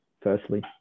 firstly